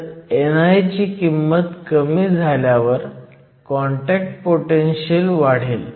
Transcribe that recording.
तर ni ची किंमत कमी झाल्यावर कॉन्टॅक्ट पोटेनशीयल वाढेल